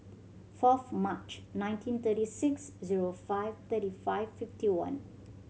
fourth March nineteen thirty six zero five thirty five fifty one